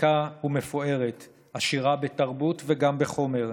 עתיקה ומפוארת, עשירה בתרבות וגם בחומר,